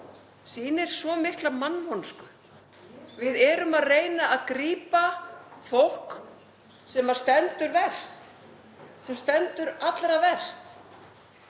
sýnir svo mikla mannvonsku. Við erum að reyna að grípa fólk sem stendur verst, sem stendur allra verst.